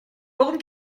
worum